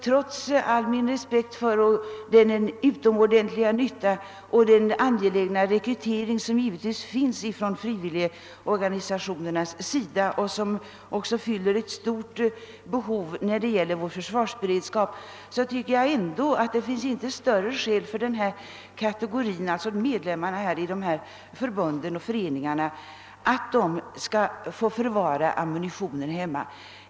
Trots all respekt för den utomordentliga nyttan av rekryteringen till de frivilliga försvarsorganisationerna, vilka fyller ett stort behov när det gäller vår försvarsberedskap, tycker jag ändå inte att det finns större skäl för medlemmarna av dessa förbund och dess föreningar att få lättare tillgång till vapnen.